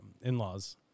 in-laws